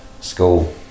School